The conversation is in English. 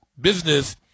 business